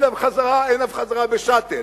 הנה וחזרה, הנה וחזרה ב"שאטל".